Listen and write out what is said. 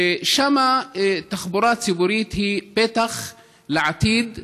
שם התחבורה הציבורית היא פתח לעתיד,